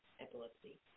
epilepsy